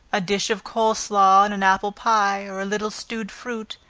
a dish of cold slaw and an apple pie, or a little stewed fruit,